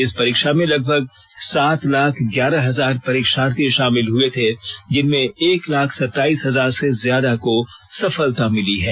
इस परीक्षा में लगभग सात लाख ग्यारह हजार परीक्षार्थी शामिल हुए थे जिनमें एक लाख सताईस हजार से ज्यादा को सफलता मिली है